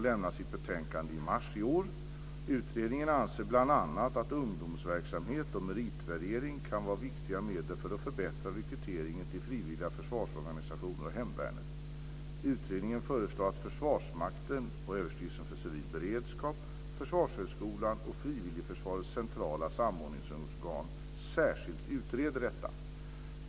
Utredningen anser bl.a. att ungdomsverksamhet och meritvärdering kan vara viktiga medel för att förbättra rekryteringen till frivilliga försvarsorganisationer och till hemvärnet. Utredningen föreslår att Försvarsmakten, Överstyrelsen för civil beredskap, Försvarshögskolan och Frivilligförsvarets centrala samordningsorgan särskilt utreder detta.